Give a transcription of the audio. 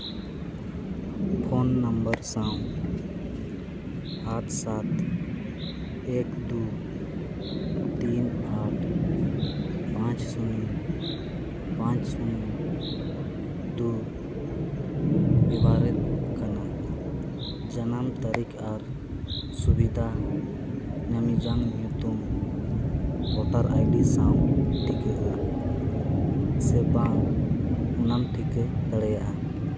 phone number ᱥᱟᱶ ᱟᱴ ᱥᱟᱛ ᱮᱠ ᱫᱩ ᱛᱤᱱ ᱟᱴ ᱯᱟᱸᱪ ᱥᱩᱱᱱᱚ ᱯᱟᱸᱪ ᱥᱩᱱᱱᱚ ᱫᱩ ᱵᱮᱵᱚᱦᱟᱨᱮᱫ ᱠᱟᱱᱟ ᱡᱟᱱᱟᱢ ᱛᱟᱹᱨᱤᱠᱷ ᱟᱨ ᱥᱩᱵᱤᱫᱟ ᱧᱟᱢ ᱡᱚᱝ ᱧᱩᱛᱩᱢ ᱵᱷᱳᱴᱟᱨ ᱟᱭᱰᱤ ᱥᱟᱶ ᱴᱷᱤᱠᱟᱹᱜᱼᱟ ᱥᱮ ᱵᱟᱝ ᱚᱱᱟᱢ ᱴᱷᱤᱠᱟ ᱫᱟᱲᱮᱭᱟᱜᱼᱟ